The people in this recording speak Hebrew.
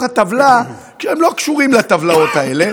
הטבלה והם לא קשורים לטבלאות האלה.